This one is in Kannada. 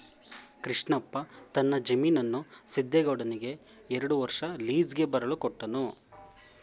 ಕೃಷ್ಣಪ್ಪ ತನ್ನ ಜಮೀನನ್ನು ಸಿದ್ದೇಗೌಡನಿಗೆ ಎರಡು ವರ್ಷ ಲೀಸ್ಗೆ ಬರಲು ಕೊಟ್ಟನು